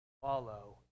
follow